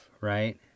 right